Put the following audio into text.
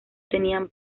tenían